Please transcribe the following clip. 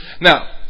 Now